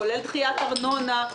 כולל דחיית ארנונה,